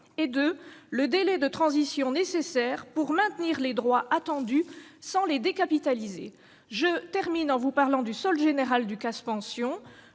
et le délai de transition nécessaire pour maintenir les droits attendus sans les décapitaliser ! Je termine en évoquant le solde général du CAS « Pensions